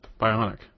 Bionic